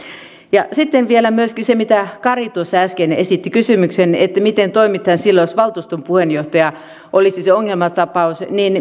sitten vielä myöskin se mistä kari tuossa äsken esitti kysymyksen että miten toimitaan silloin jos valtuuston puheenjohtaja olisi se ongelmatapaus